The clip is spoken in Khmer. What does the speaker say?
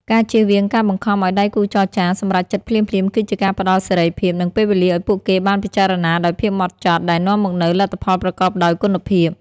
ការជៀសវាងការបង្ខំឱ្យដៃគូចរចាសម្រេចចិត្តភ្លាមៗ គឺជាការផ្តល់សេរីភាព និងពេលវេលាឱ្យពួកគេបានពិចារណាដោយភាពហ្មត់ចត់ ដែលនាំមកនូវលទ្ធផលប្រកបដោយគុណភាព។